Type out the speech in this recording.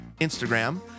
Instagram